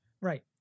Right